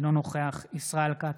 אינו נוכח ישראל כץ,